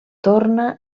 torna